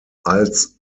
als